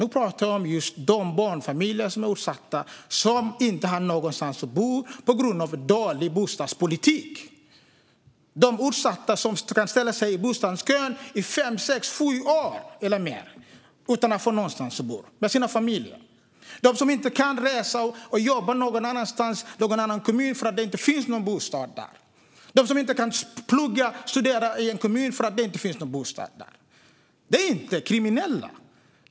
Jag talar om utsatta barnfamiljer som på grund av dålig bostadspolitik inte har någonstans att bo. Jag talar om de utsatta som får stå i bostadskö i fem, sex, sju år eller mer utan att få någonstans att bo med sina familjer. Jag talar om dem som inte kan resa och jobba någon annanstans, i någon annan kommun, eftersom det inte finns någon bostad att få där. Jag talar om dem som inte kan plugga eller studera i en annan kommun, eftersom det inte finns någon bostad att få där. De är inte kriminella.